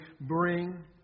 bring